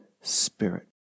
Spirit